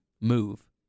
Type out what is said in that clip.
move